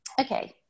Okay